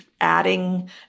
adding